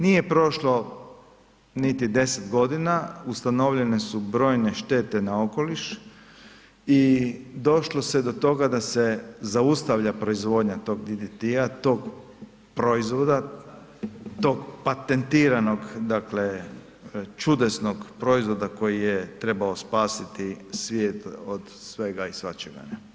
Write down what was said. Nije prošlo niti 10 godina, ustanovljene su brojne štete na okoliš i došlo se do toga da se zaustavlja proizvodnja tog DDT-a, tog proizvoda, tog patentiranog dakle čudesnog proizvoda koji je trebao spasiti svijet od svega i svačega, ne?